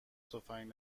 تفنگ